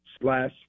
slash